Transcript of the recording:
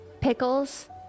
Pickles